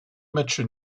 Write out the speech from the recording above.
matchs